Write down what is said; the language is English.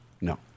No